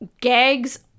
gags